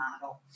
model